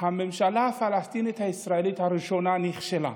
הממשלה הפלסטינית הישראלית הראשונה נכשלה.